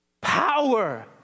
Power